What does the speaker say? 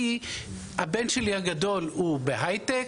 הבן שלי הגדול הוא בהייטק.